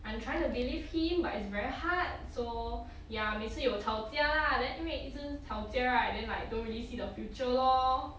I'm trying to believe him but it's very hard so ya 每次有吵架 lah then anyway 一直吵架 right then like don't really see the future lor